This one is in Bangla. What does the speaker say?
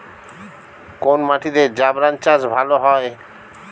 কোন মাটিতে জাফরান চাষ ভালো হয়?